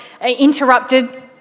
interrupted